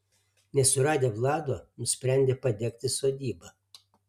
nesuradę vlado nusprendė padegti sodybą